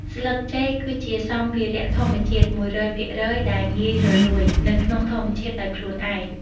ស្លឹកចេកគឺជាសម្ភារៈធម្មជាតិ ១០០ភាគរយដែលងាយរលួយ នៅក្នុងធម្មជាតិដោយខ្លួនឯង។